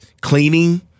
cleaning